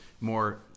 more